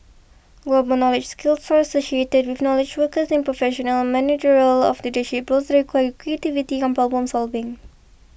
global knowledge skills are associated with knowledge workers in professional managerial or leadership roles that require creativity and problem solving